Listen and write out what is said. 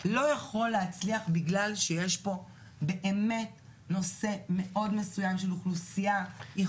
לא יכול להצליח בגלל שיש פה באמת נושא מאוד מסוים של אוכלוסייה ייחודית.